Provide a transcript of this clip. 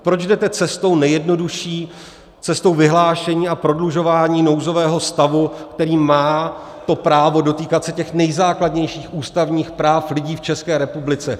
Proč jdete cestou nejjednodušší, cestou vyhlášení a prodlužování nouzového stavu, který má to právo dotýkat se těch nejzákladnějších ústavních práv lidí v České republice?